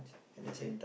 okay